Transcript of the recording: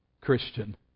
Christian